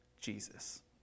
Jesus